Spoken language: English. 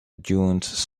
dunes